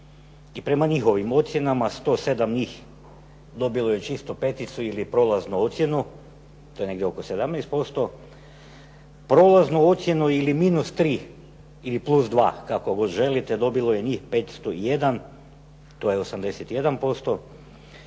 i prema njihovim ocjenama 107 njih dobilo je čistu peticu ili prolaznu ocjenu, to je negdje oko 17%. Prolaznu ocjenu ili -3 ili +2, kako god želite, dobilo je njih 501, to je 81%.